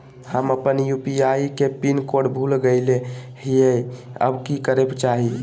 हम अपन यू.पी.आई के पिन कोड भूल गेलिये हई, अब की करे के चाही?